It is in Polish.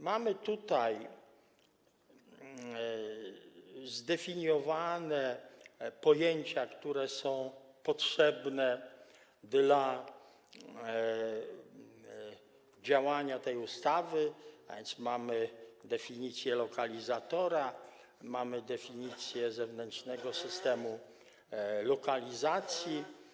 Mamy tutaj zdefiniowane pojęcia, które są potrzebne do działania tej ustawy, a więc mamy definicję lokalizatora, mamy definicję zewnętrznego systemu lokalizacji.